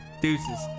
deuces